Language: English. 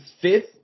fifth